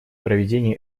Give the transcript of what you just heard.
проведение